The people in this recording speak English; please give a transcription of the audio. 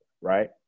right